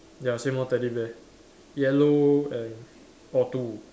ya same lor teddy bear yellow and orh two